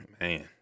Man